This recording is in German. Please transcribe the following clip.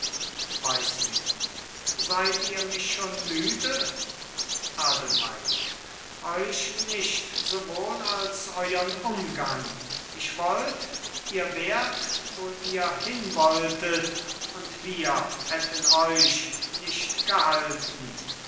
weislingen seid ihr mich schon müde adelheid euch nicht sowohl als euern umgang ich wollte ihr wärt wo ihr hinwolltet und wir hätten euch nicht gehalten